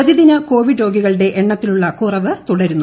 പ്രതിദിന കോവിഡ് രോഗികളുടെ എണ്ണത്തിലുള്ള കുറവ് തുടരുന്നു